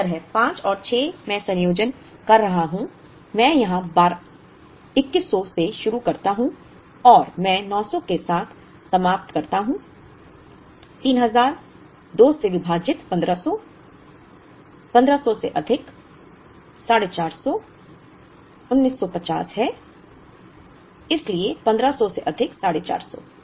इसी तरह 5 और 6 मैं संयोजन कर रहा हूं मैं यहां 2100 से शुरू करता हूं और मैं 900 के साथ समाप्त होता हूं 3000 2 से विभाजित 1500 1500 से अधिक 450 1950 है इसलिए 1500 से अधिक 450